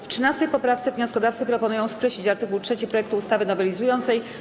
W 13. poprawce wnioskodawcy proponują skreślić art. 3 projektu ustawy nowelizującej.